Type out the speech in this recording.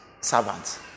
servants